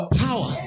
power